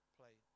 play